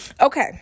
Okay